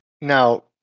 Now